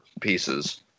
pieces